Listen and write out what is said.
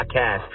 podcast